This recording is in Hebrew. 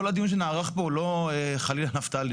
כל הדיון שנערך פה הוא לא חלילה נפתלי.